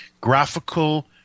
graphical